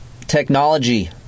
Technology